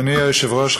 אדוני היושב-ראש,